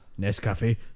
Nescafe